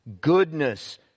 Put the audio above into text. goodness